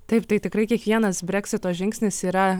taip tai tikrai kiekvienas breksito žingsnis yra